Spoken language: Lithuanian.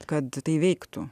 kad tai veiktų